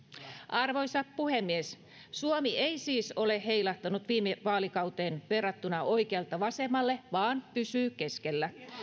arvoisa puhemies suomi ei siis ole heilahtanut viime vaalikauteen verrattuna oikealta vasemmalle vaan pysyy keskellä